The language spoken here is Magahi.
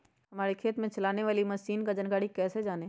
हमारे खेत में चलाने वाली मशीन की जानकारी कैसे जाने?